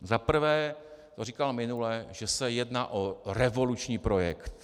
Za prvé, to říkal minule, že se jedná o revoluční projekt.